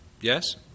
Yes